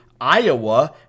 Iowa